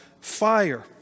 fire